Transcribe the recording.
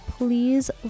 please